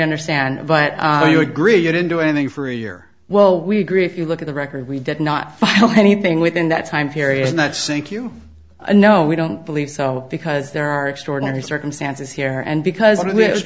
understand but you agree you didn't do anything for a year well we agree if you look at the record we did not file anything within that time period that sink you know we don't believe so because there are extraordinary circumstances here and because